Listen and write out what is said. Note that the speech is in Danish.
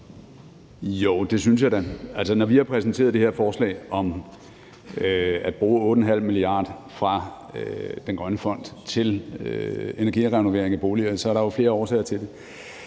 Jo, det synes jeg da. Når vi har præsenteret det her forslag om at bruge 8,5 mia. kr. fra den grønne fond til energirenovering af boliger, er der jo flere årsager til det.